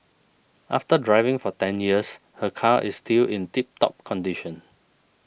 after driving for ten years her car is still in tip top condition